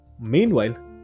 Meanwhile